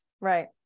Right